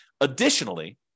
Additionally